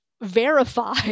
verify